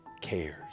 cares